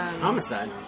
Homicide